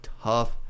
tough